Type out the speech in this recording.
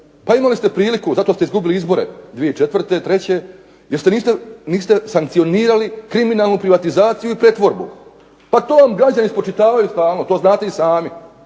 pa imali ste priliku zato ste izgubili izbore 2003., jer niste sankcionirali kriminalnu privatizaciju i pretvorbu, pa to vam građani spočitavaju stalno, to znate i sami,